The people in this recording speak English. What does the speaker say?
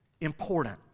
important